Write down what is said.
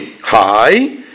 Hi